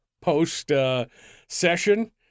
post-session